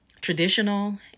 traditional